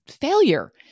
failure